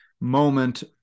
moment